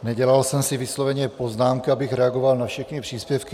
Nedělal jsem si vysloveně poznámky, abych reagoval na všechny příspěvky.